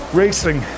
racing